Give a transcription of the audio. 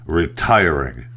retiring